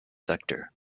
sector